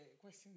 question